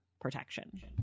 protection